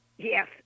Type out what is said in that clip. Yes